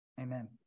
Amen